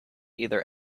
either